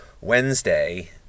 Wednesday